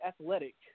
athletic